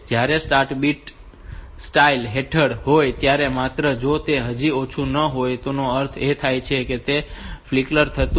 જ્યારે start bit style હેઠળ હોય ત્યારે માત્ર જો તે હજી ઓછું ન હોય તો તેનો અર્થ એ થાય છે કે તે ફ્લિકર હતું